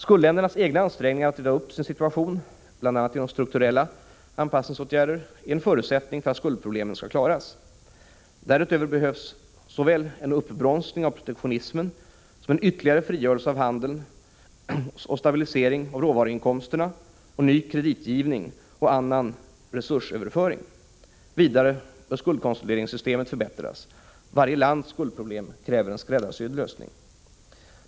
Skuldländernas egna ansträngningar att reda upp sin situation, bl.a. genom strukturella anpassningsåtgärder, är en förutsättning för att skuldproblemen skall klaras. Därutöver behövs såväl en uppbromsning av protektionismen och en ytterligare frigörelse av handeln som en stabilisering av råvaruinkomsterna samt ny kreditgivning och annan resursöverföring. Vidare bör skuldkonsolideringssystemet förbättras. Varje lands skuldproblem kräver en skräddarsydd lösning.